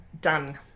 done